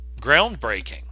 groundbreaking